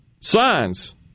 signs